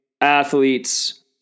athletes